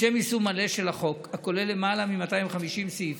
לשם יישום מלא של החוק, הכולל למעלה מ-250 סעיפים,